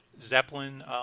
Zeppelin